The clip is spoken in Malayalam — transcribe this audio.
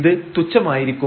ഇത് തുച്ഛമായിരിക്കും